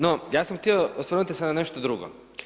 No ja sam htio osvrnuti se na nešto drugo.